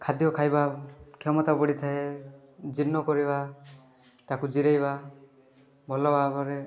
ଖାଦ୍ୟ ଖାଇବା କ୍ଷମତା ବଢ଼ିଥାଏ ଜିନ୍ନ କରିବା ତାକୁ ଜିରେଇବା ଭଲ ଭାବରେ